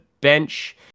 bench